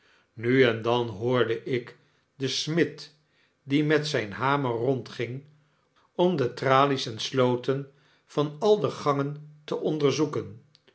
nu en dan hoorde ik den smid die met zyn hamer rondging om de tralies en sloten van al de gangen te onderzoeken